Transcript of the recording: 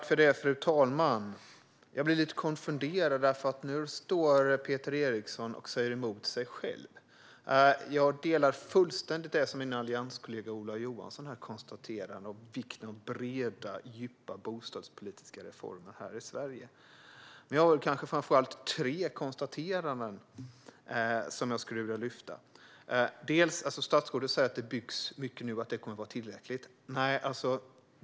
Fru talman! Jag blir lite konfunderad. Nu står Peter Eriksson och säger emot sig själv. Jag delar fullständigt det som min allianskollega Ola Johansson här konstaterade om vikten av breda och djupa bostadspolitiska reformer här i Sverige. Det är framför allt tre konstateranden som jag skulle vilja lyfta fram. Statsrådet säger att det byggs mycket nu och att det kommer att vara tillräckligt.